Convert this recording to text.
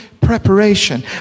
preparation